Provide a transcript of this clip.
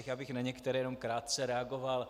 Já bych na některé jenom krátce reagoval.